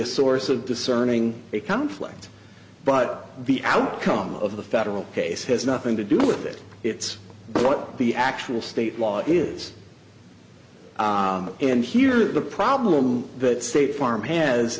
a source of discerning a conflict but the outcome of the federal case has nothing to do with it it's what the actual state law is and here the problem that state farm has